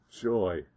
joy